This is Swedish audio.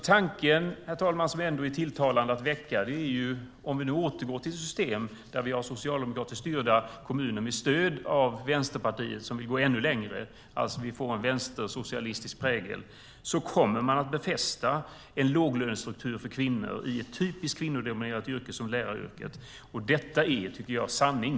Tanken som ändå är tilltalade att väcka, herr talman, om vi nu återgår till system där socialdemokratiskt styrda kommuner med stöd av Vänsterpartiet vill gå ännu längre, alltså en vänstersocialistisk prägel, är att man kommer att befästa en låglönestruktur för kvinnor i ett typiskt kvinnodominerat yrke som läraryrket. Detta är, tycker jag, sanning.